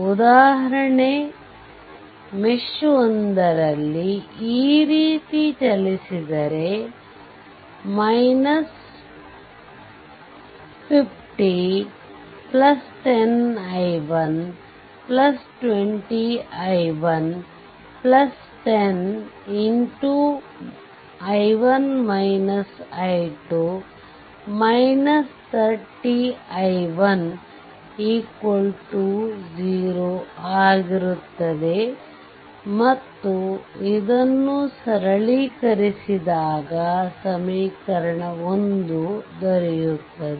ಉದಾಹರಣೆಗೆ ಮೆಶ್ 1ರಲ್ಲಿ ಈ ರೀತಿ ಚಲಿದರೆ ಮೊದಲು 50 10 i1 20 i1 10 30 i1 0 ಆಗಿರುತ್ತದೆ ಮತ್ತು ಇದನ್ನು ಸರಳೀಕರಿಸಿದಾಗ ಸಮೀಕರಣ 1 ದೊರೆಯುತ್ತದೆ